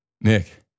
Nick